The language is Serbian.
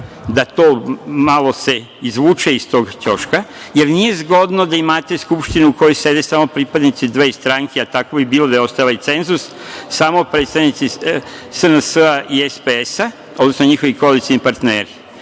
da se malo izvuče iz tog ćoška, jer nije zgodno da imate Skupštinu u kojoj sede samo pripadnici dve stranke, a tako bi bilo da je ostao ovaj cenzus, samo predstavnici SNS i SPS, odnosno njihovi koalicioni partneri.